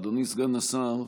אדוני סגן השר,